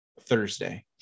thursday